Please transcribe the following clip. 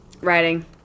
writing